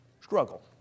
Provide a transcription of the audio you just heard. struggle